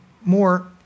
more